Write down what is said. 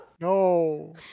No